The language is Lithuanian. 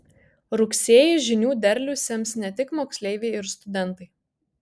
rugsėjį žinių derlių sems ne tik moksleiviai ir studentai